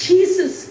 Jesus